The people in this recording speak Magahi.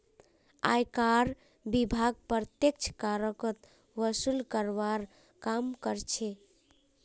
आयकर विभाग प्रत्यक्ष करक वसूल करवार काम कर्छे